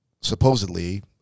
supposedly